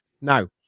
Now